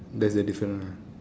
that's the different one ah